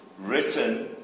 written